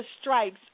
stripes